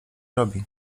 robi